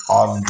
on